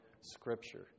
Scripture